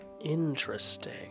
Interesting